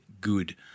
good